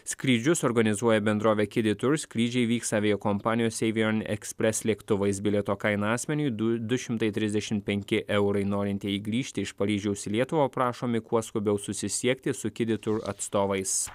skrydžius organizuoja bendrovė kidy tour skrydžiai vyks aviakompanijos avion express lėktuvais bilieto kaina asmeniui du du šimtai trisdešimt penki eurai norintieji grįžti iš paryžiaus į lietuvą prašomi kuo skubiau susisiekti su kidy tour atstovais